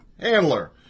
Handler